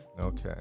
Okay